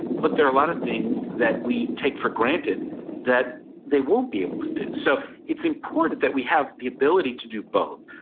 but there are a lot of things that we take for granted that they won't be able to do so it's important that we have the ability to do both.